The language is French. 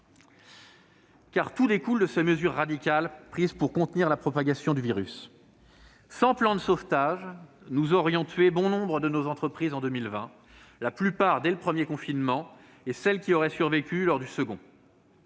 Car tout découle de ces mesures radicales prises pour contenir la propagation du virus. Sans plan de sauvetage, nous aurions tué bon nombre de nos entreprises en 2020, la plupart dès le premier confinement et lors du second